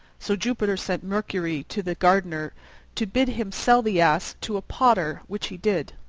so jupiter sent mercury to the gardener to bid him sell the ass to potter, which he did.